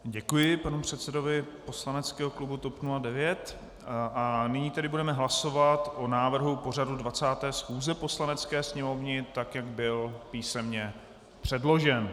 Děkuji panu předsedovi poslaneckého klubu TOP 09 a nyní budeme hlasovat o návrhu pořadu 20. schůze Poslanecké sněmovny, tak jak byl písemně předložen.